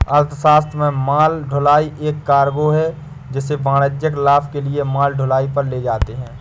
अर्थशास्त्र में माल ढुलाई एक कार्गो है जिसे वाणिज्यिक लाभ के लिए माल ढुलाई पर ले जाते है